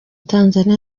tanzania